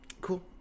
cool